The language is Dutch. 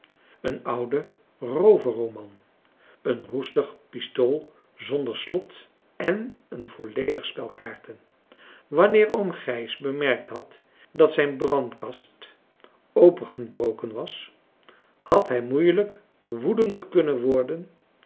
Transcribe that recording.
een oude rooverroman een roestig pistool zonder slot en een volledig spel kaarten wanneer oom gijs bemerkt had dat zijn françois haverschmidt familie en kennissen brandkast opengebroken was had hij moeielijk woedender kunnen worden